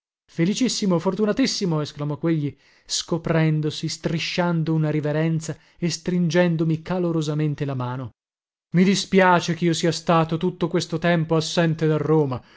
felicissimo fortunatissimo esclamò quegli scoprendosi strisciando una riverenza e stringendomi calorosamente la mano i dispiace chio sia stato tutto questo tempo assente da roma